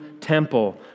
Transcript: temple